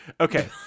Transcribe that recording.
Okay